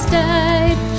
died